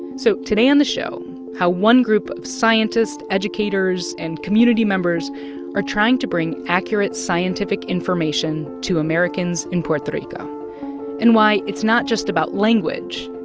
so today on the show, how one group of scientists, educators and community members are trying to bring accurate scientific information to americans in puerto rico and why it's not just about language.